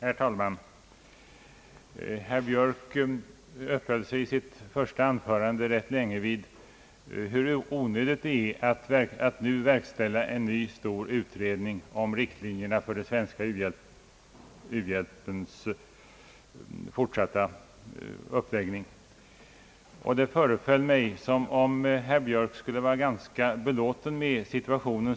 Herr talman! Herr Björk uppehöll sig i sitt första anförande rätt länge vid hur onödigt det är att nu verkställa en ny stor utredning om den svenska u-hjälpens fortsatta uppläggning, och det föreföll mig som om herr Björk skulle vara ganska belåten med situationen.